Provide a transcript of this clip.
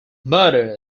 murder